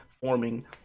forming